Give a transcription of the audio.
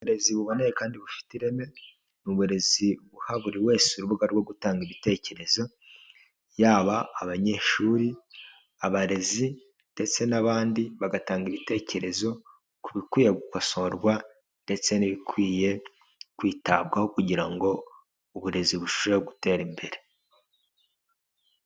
Uburezi buboneye kandi bufite ireme, ni uburezi buha buri wese urubuga rwo gutanga ibitekerezo, yaba abanyeshuri, abarezi ndetse n'abandi bagatanga ibitekerezo ku bikwiye gukosorwa ndetse n'ibikwiye kwitabwaho kugira ngo uburezi burusheho gutera imbere.